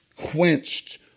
quenched